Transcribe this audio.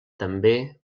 també